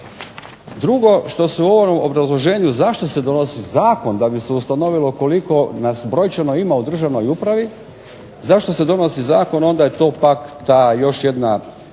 Drugo što se u ovom obrazloženju zašto se donosi zakon da bi se ustanovilo koliko nas brojčano ima u državnoj upravi, zašto se donosi zakon, onda je to pak ta još jedna